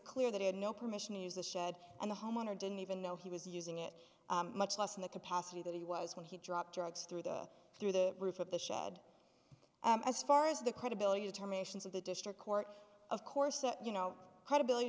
clear that he had no permission to use the shed and the homeowner didn't even know he was using it much less in the capacity that he was when he dropped drugs through the through the roof of the shed and as far as the credibility of terminations of the district court of course you know credibility